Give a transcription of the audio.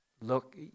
look